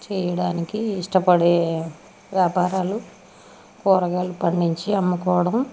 చేయడానికి ఇష్టపడే వ్యాపారాలు కూరగాయలు పండించి అమ్ముకోవడం